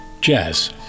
jazz